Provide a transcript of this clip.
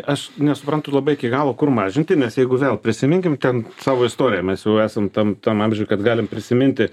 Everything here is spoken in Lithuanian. aš nesuprantu labai iki galo kur mažinti nes jeigu vėl prisiminkim ten savo istoriją mes jau esam tam tam amžiuj kad galim prisiminti